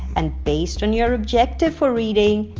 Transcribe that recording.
and based on your objective for reading,